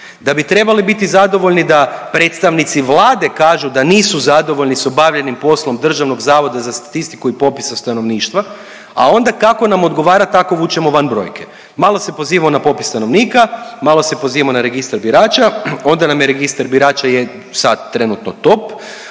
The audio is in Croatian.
Da bi trebali biti zadovoljni da predstavnici Vlade kažu da nisu zadovoljni s obavljenim poslom DZS-a i popisa stanovništva, a onda kako nam odgovara tako vučemo van brojke. Malo se pozivamoo na popis stanovnika, malo se pozivamo na registar birača, onda nam je registar birača sad trenutno top,